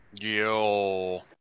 Yo